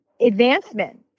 advancement